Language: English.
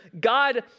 God